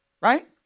Right